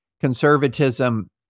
conservatism